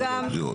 אבל לא לבחירות.